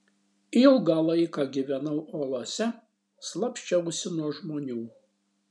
ilgą laiką gyvenau olose slapsčiausi nuo žmonių